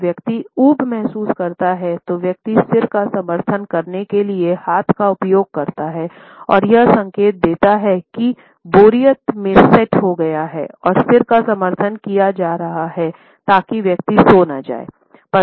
जब व्यक्ति ऊब महसूस करता है तो व्यक्ति सिर का समर्थन करने के लिए हाथ का उपयोग करता है और यह संकेत देता है कि बोरियत में सेट हो गया है और सिर का समर्थन किया जा रहा है ताकि व्यक्ति सो न जाए